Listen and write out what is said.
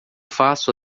faço